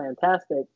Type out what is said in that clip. fantastic